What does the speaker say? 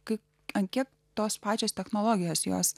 kad anketų tos pačios technologijos jos